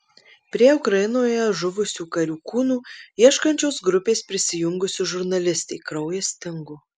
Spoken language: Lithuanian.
prie ukrainoje žuvusių karių kūnų ieškančios grupės prisijungusi žurnalistė kraujas stingo